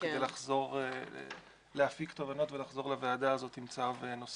כדי להפיק תובנות ולחזור לוועדה הזאת עם צו נוסף,